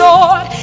Lord